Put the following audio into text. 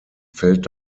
fällt